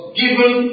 given